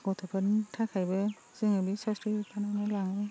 गथ'फोरनि थाखायबो जोङो बे सावस्रि बिफानावनो लाङो